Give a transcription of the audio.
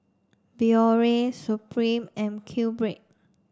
Biore Supreme and QBread